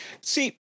see